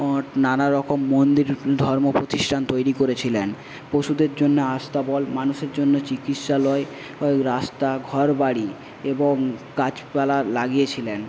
নানা রকম মন্দির ধর্ম প্রতিষ্ঠান তৈরি করেছিলেন পশুদের জন্য আস্তাবল মানুষের জন্য চিকিৎসালয় রাস্তা ঘর বাড়ি এবং গাছপালা লাগিয়েছিলেন